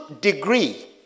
degree